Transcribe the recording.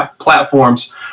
platforms